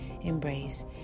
embrace